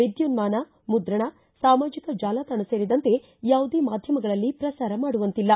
ವಿದ್ಯುನ್ನಾನ ಮುದ್ರಣ ಸಾಮಾಜಿಕ ಜಾಲತಾಣ ಸೇರಿದಂತೆ ಯಾವುದೇ ಮಾಧ್ಯಮಗಳಲ್ಲಿ ಪ್ರಸಾರ ಮಾಡುವಂತಿಲ್ಲ